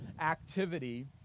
activity